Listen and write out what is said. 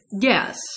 Yes